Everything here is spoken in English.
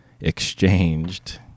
exchanged